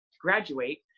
graduate